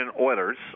Oilers